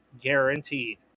guaranteed